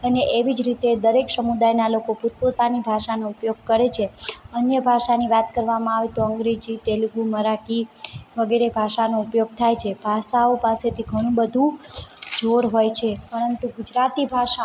અને એવી જ રીતે દરેક સમુદાયના લોકો પોતપોતાની ભાષાનો ઉપયોગ કરે છે અન્ય ભાષાની વાત કરવામાં આવે તો અંગ્રેજી તેલુગુ મરાઠી વગેરે ભાષાનો ઉપયોગ થાય છે ભાષાઓ પાસેથી ધણું બધું જોર હોય છે પરંતુ ગુજરાતી ભાષા